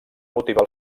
motivar